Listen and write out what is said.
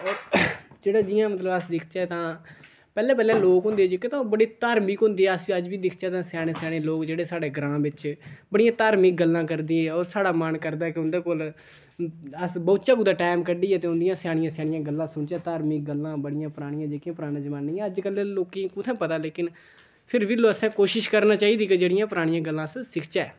होर जेह्ड़े जि'यां मतलब अस दिखचै तां पैह्लें पैह्लें लोक होंदे जेह्के तां ओह् बड़े धार्मिक होंदे हे अस अज्ज बी दिखचै तां स्याने स्याने लोक जेह्ड़े साढ़े ग्रांंऽ बिच बड़ियां धार्मिक गल्लां करदे होर साढ़ा मन करदा उंदे कोल अस बौह्कुचै कुदै टैम कड्ढियै ते उंदियां स्यानियां स्यानियां गल्लां सुनचै धार्मिक गल्लां बड़ियां परानियां जेह्कियां पराने जमाने दियां अजकल दे लोकें ई कुत्थें पता लेकिन फिर बी असें कोशिश करना चाहिदी की जेह्ड़ियां परानियां गल्लां अस सिखचै